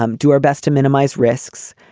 um do our best to minimize risks,